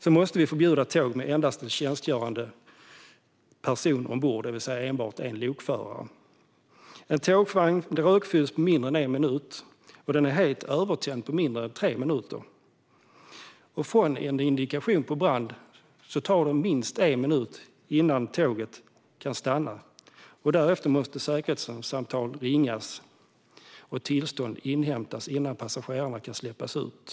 Vi måste även förbjuda tåg med endast en tjänstgörande person ombord, det vill säga enbart en lokförare. En tågvagn rökfylls på mindre än en minut, och den är helt övertänd på mindre än tre minuter. Från en indikation på brand tar det minst en minut innan tåget kan stanna. Därefter måste säkerhetssamtal ringas och tillstånd inhämtas innan passagerarna kan släppas ut.